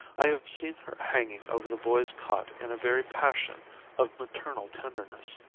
i have seen her hanging over the boy's cot in a very passion of maternal tenderness.